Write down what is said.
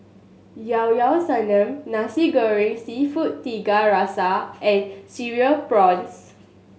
Llao Llao Sanum Nasi Goreng Seafood Tiga Rasa and Cereal Prawns